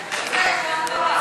כוח.